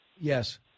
Yes